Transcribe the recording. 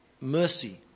Mercy